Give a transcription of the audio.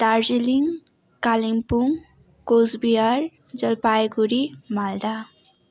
Darjeeling Kalimpong Coochbehar Jalpaiguri Malda